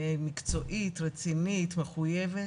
היא מקצועית, רצינית, מחויבת.